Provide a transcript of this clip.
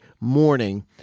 morning